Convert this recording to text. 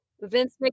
Vince